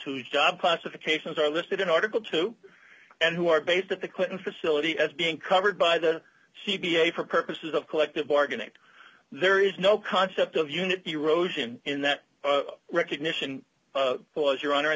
whose job classifications are listed in article two and who are based at the clinton facility as being covered by the key v a for purposes of collective bargaining there is no concept of unity rosen in that recognition was your honor and